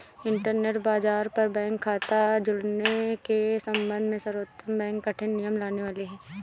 internet बाज़ार पर bank खता जुड़ने के सम्बन्ध में सर्वोच्च बैंक कठिन नियम लाने वाली है